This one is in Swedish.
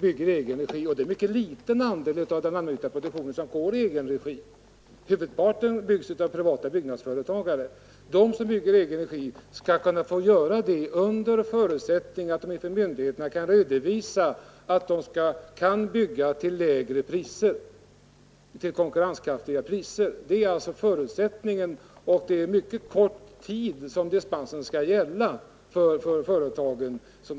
bygger i egen regi — och det är en mycket liten andel av den allmännyttiga produktionen, huvudparten byggs av privata byggföretag — skall kunna få göra det under förutsättning att de inför myndigheterna kan redovisa att de kan bygga till konkurrenskraftiga priser. Det är alltså förutsättningen. Och dispensen för företagen skall gälla under mycket kort tid.